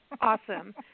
awesome